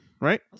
right